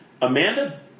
Amanda